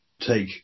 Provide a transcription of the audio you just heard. take